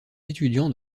étudiants